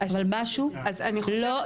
אבל משהו לא,